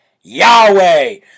Yahweh